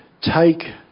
take